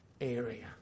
area